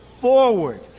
forward